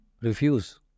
refuse